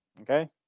okay